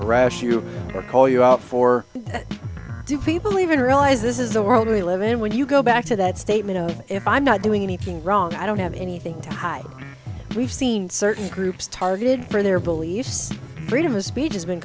call you out for do people even realize this is the world we live in when you go back to that statement if i'm not doing anything wrong i don't have anything to hide we've seen certain groups targeted for their beliefs freedom of speech has been